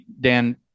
Dan